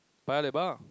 Paya-Lebar